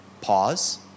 pause